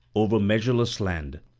over measureless land,